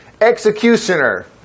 executioner